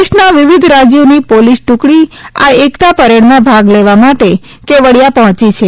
દેશના વિવિધ રાજ્યોની પોલીસ ટ્રકડી આ એકતા પરેડમાં ભાગ લેવા માટે કેવડીયા પહોંચી છે